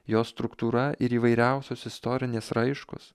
jos struktūra ir įvairiausios istorinės raiškos